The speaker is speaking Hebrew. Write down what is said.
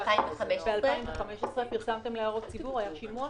בתיקון הקודם ב-2015 פרסמתם הערות ציבור היה שימוע?